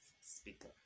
speaker